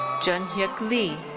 junhyeok lee.